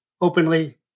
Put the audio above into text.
openly